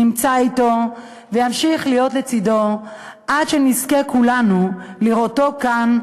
נמצא אתו וימשיך להיות לצדו עד שנזכה כולנו לראותו כאן,